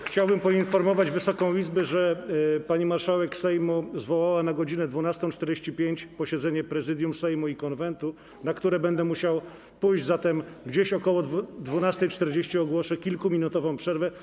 Chciałbym poinformować Wysoką Izbę, że pani marszałek Sejmu zwołała na godz. 12.45 posiedzenie Prezydium Sejmu i Konwentu, na które będę musiał pójść, zatem gdzieś ok. godz. 12.40 ogłoszę kilkuminutową przerwę.